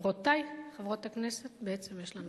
חברותי חברות הכנסת, בעצם יש לנו